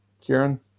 kieran